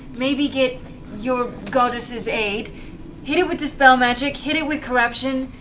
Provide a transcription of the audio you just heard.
maybe get your goddess's aid hit it with dispel magic, hit it with corruption,